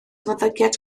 ymddygiad